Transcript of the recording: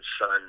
son